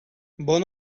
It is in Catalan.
bon